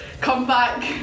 comeback